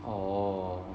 orh